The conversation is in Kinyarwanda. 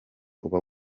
uba